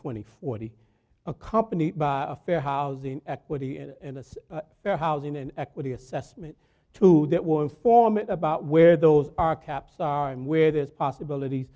twenty forty accompanied by a fair housing and its fair housing and equity assessment to that will form about where those are caps are and where there's possibilities